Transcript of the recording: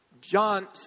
John